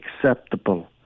acceptable